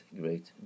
great